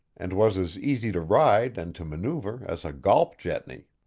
and was as easy to ride and to maneuver as a golp jetney.